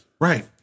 Right